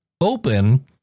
open